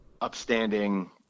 upstanding